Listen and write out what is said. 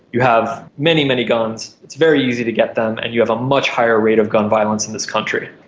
you have many, many guns, it's very easy to get them, and you have a much higher rate of gun violence in this country.